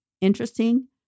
Interesting